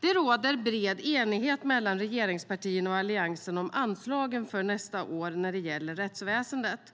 Det råder bred enighet mellan regeringspartierna och Alliansen om anslagen för nästa år när det gäller rättsväsendet.